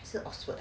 是 oxford